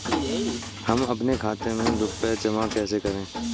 हम अपने खाते में रुपए जमा कैसे करें?